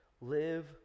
live